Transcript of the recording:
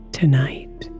tonight